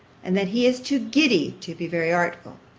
and that he is too giddy to be very artful